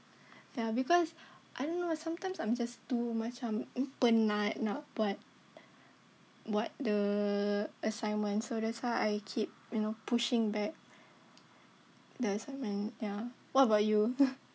ya because I don't know sometimes I'm just too macam penat nak buat buat the assignment so that's why I keep you know pushing back the assignment ya what about you